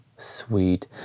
Sweet